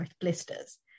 blisters